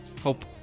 Hope